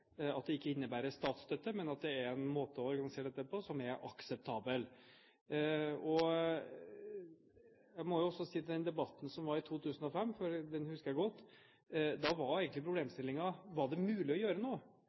at det ikke innebærer statsstøtte, men at det er en måte å organisere dette på som er akseptabel. Jeg må jo også si at i den debatten som var i 2005 – den husker jeg godt – var egentlig problemstillingen om det var mulig å gjøre